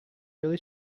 really